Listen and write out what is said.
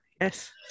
Yes